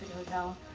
hotel.